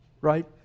Right